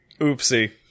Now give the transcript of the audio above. Oopsie